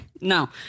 No